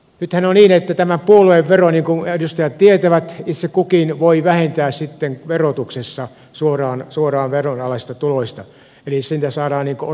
nythän on niin että tämän puolueveron niin kuin edustajat tietävät itse kukin voi vähentää sitten verotuksessa suoraan veronalaisista tuloista eli siitä saadaan osa takaisin